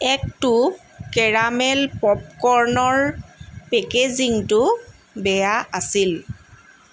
এক টু কেৰামেল পপকৰ্নৰ পেকেজিংটো বেয়া আছিল